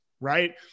right